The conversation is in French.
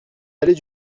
allée